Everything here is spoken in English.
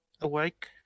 awake